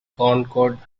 concord